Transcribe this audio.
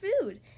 food